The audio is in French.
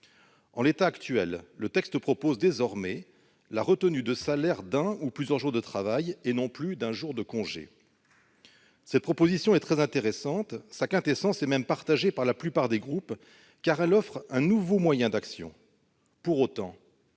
l'article 1. Le texte propose désormais la retenue de salaire d'un ou plusieurs jours de travail, et non plus d'un jour de congé. Cette proposition est très intéressante. Sa quintessence est même partagée par la plupart des groupes, car elle offre un nouveau moyen d'action. Pour autant,